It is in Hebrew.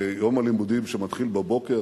ליום הלימודים שמתחיל בבוקר,